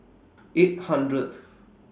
eight hundredth